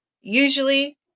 usually